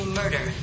murder